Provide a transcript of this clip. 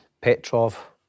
Petrov